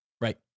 Right